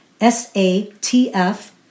SATF